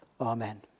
Amen